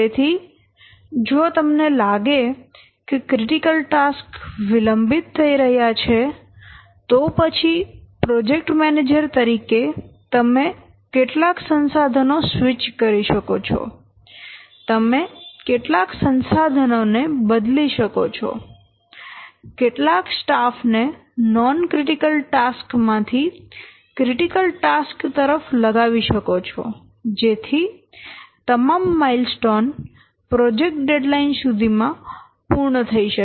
તેથી જો તમને લાગે કે ક્રિટીકલ ટાસ્ક વિલંબિત થઈ રહ્યા છે તો પછી પ્રોજેક્ટ મેનેજર તરીકે તમે કેટલાક સંસાધનો સ્વિચ કરી શકો છો તમે કેટલાક સંસાધનો ને બદલી શકો છો કેટલાક સ્ટાફ ને નોન ક્રિટીકલ ટાસ્ક માં થી ક્રિટીકલ ટાસ્ક તરફ લગાવી શકો છો જેથી તમામ માઈલસ્ટોન પ્રોજેક્ટ ડેડલાઈન સુધી માં પૂર્ણ થઈ શકે